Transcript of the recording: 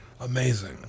amazing